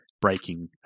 breaking